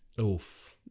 Oof